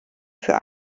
für